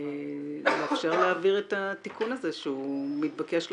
לאפשר להעביר את התיקון הזה שהוא מתבקש לחלוטין.